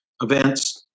events